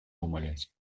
умалять